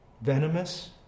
venomous